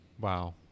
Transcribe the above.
Wow